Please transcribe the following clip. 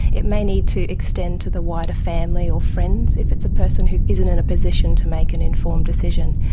it may need to extend to the wider family or friends if it's a person who isn't in a position to make an informed decision.